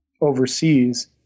overseas